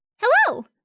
Hello